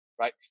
right